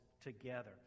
together